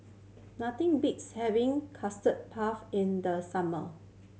nothing beats having Custard Puff in the summer